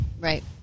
Right